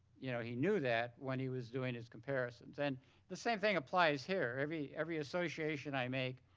you know, he knew that when he was doing his comparisons. and the same thing applies here. every every association i make